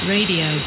Radio